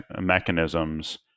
mechanisms